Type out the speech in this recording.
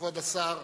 כבוד השר,